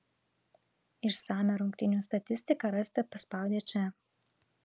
išsamią rungtynių statistiką rasite paspaudę čia